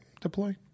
deploy